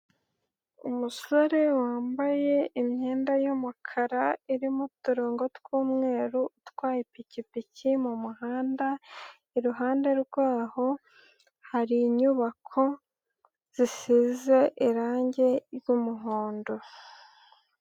Umusore wambaye imyenda y'umukara irimo uturongo tw'umweru utwaye ipikipiki mu muhanda, iruhande rwaho hari inyubako zisize irange ry'umuhondo.